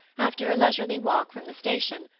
after a leisurely walk from the station,